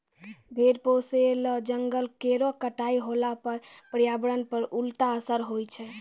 भेड़ पोसय ल जंगल केरो कटाई होला पर पर्यावरण पर उल्टा असर होय छै